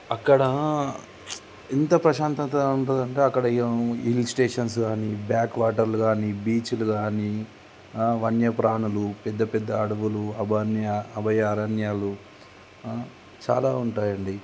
అక్కడ ఇంత ప్రశాంతత ఉంటుందంటే అక్కడ ఏ హిల్ స్టేషన్స్ కానీ బ్యాక్ వాటర్లు కానీ బీచ్లు కానీ వన్య ప్రాణులు పెద్ద పెద్ద అడవులు అభయారణ్యాలు చాలా ఉంటాయండి